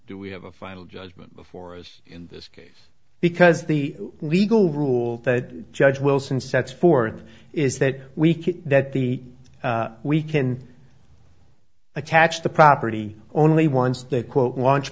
do we have a final judgment before us in this case because the legal rule that judge wilson sets forth is that we keep that the we can attach the property only once that quote launch